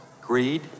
Greed